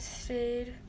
stayed